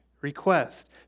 request